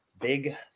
big